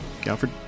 Galford